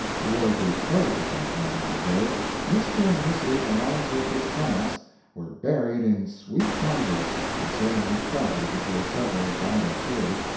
toward the close of that memorable day mr. and mrs. alonzo fitz clarence were buried in sweet converse concerning the pleasures of their several bridal tours,